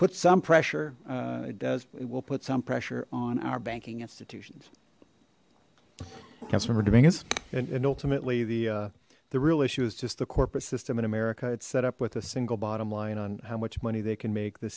put some pressure it does we will put some pressure on our banking institutions customer dominguez and ultimately the the real issue is just the corporate system in america it's set up with a single bottom line on how much money they can make the